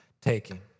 taking